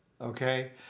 Okay